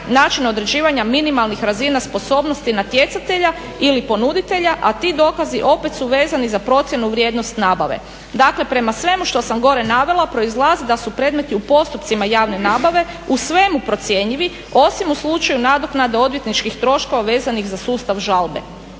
način određivanja minimalnih razina sposobnosti natjecatelja ili ponuditelja, a ti dokazi opet su vezani za procjenu vrijednost nabave. Dakle prema svemu što sam gore navela proizlazi da su predmeti u postupcima javne nabave u svemu procjenjivi osim u slučaju nadoknade odvjetničkih troškova vezanih za sustav žalbe.